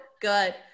good